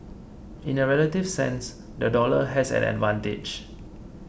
in a relative sense the dollar has an advantage